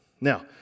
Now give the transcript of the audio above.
Now